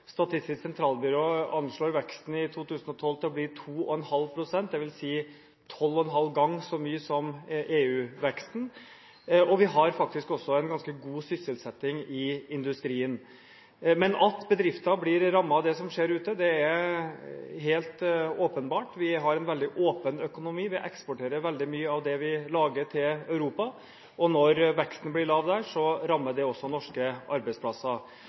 Statistisk sentralbyrå anslår veksten i 2012 til å bli 2,5 pst. – dvs. tolv og en halv ganger mer enn EU-veksten. Vi har faktisk også en ganske god sysselsetting i industrien. Men at bedrifter blir rammet av det som skjer ute, er helt åpenbart. Vi har en veldig åpen økonomi. Vi eksporterer veldig mye av det vi lager, til Europa. Når veksten blir lav der, rammer det også norske arbeidsplasser.